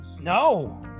no